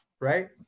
right